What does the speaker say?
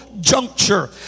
juncture